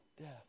death